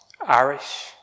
Irish